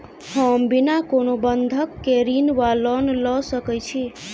हम बिना कोनो बंधक केँ ऋण वा लोन लऽ सकै छी?